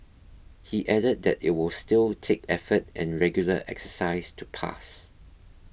he added that it will still take effort and regular exercise to pass